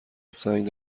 سنگ